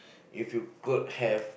if you could have